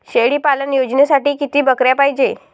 शेळी पालन योजनेसाठी किती बकऱ्या पायजे?